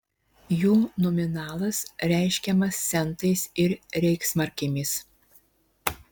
jo nominalas reiškiamas centais ir reichsmarkėmis